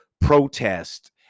protest